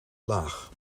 laag